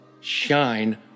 shine